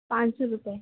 پانچ سو روپے